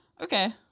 okay